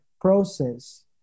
process